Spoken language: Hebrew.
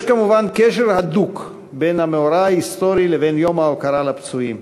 יש כמובן קשר הדוק בין המאורע ההיסטורי לבין יום ההוקרה לפצועים,